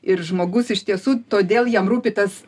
ir žmogus iš tiesų todėl jam rūpi tas